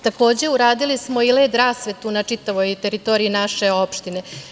Takođe, uradili smo i led rasvetu na čitavoj teritoriji naše opštine.